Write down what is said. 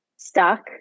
stuck